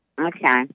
Okay